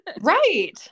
Right